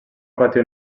patir